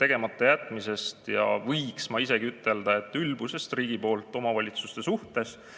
tegematajätmisest ja võiks isegi ütelda, et riigi ülbusest omavalitsuste vastu.